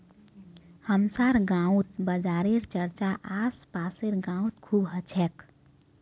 हमसार गांउत बाजारेर चर्चा आस पासेर गाउत खूब ह छेक